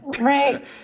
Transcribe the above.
Right